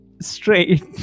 straight